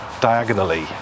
diagonally